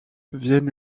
viennent